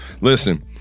listen